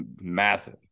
massive